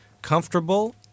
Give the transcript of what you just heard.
Comfortable